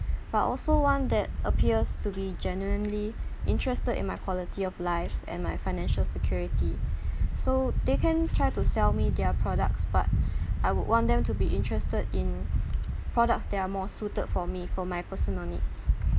but also one that appears to be genuinely interested in my quality of life and my financial security so they can try to sell me their products but I would want them to be interested in products that are more suited for me for my personal needs